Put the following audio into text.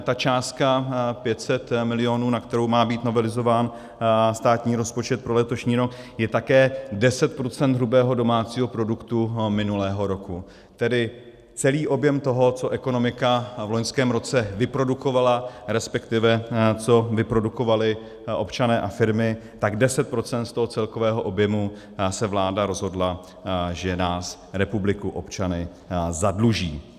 Ta částka 500 milionů, na kterou má být novelizován státní rozpočet pro letošní rok, je také 10 % hrubého domácího produktu minulého roku, tedy celý objem toho, co ekonomika v loňském roce vyprodukovala, resp. co vyprodukovali občané a firmy, tak 10 % z toho celkového objemu, se vláda rozhodla, že nás, republiku, občany, zadluží.